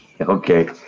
Okay